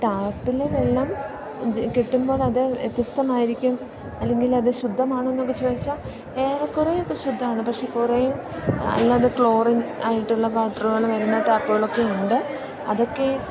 ടാപ്പിൽ വെള്ളം കിട്ടുമ്പോഴത് വ്യത്യസ്തമായിരിക്കും അല്ലെങ്കിലത് ശുദ്ധമാണോയെന്നൊക്കെ ചോദിച്ചാൽ ഏറെക്കുറെയൊക്കെ ശുദ്ധമാണ് പക്ഷേ കുറേയും അല്ലാതെ ക്ലോറിൻ ആയിട്ടുള്ള പാറ്ററുകൾ വരുന്ന ടാപ്പുകളൊക്കെ ഉണ്ട് അതൊക്കെ